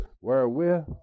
Wherewith